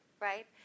right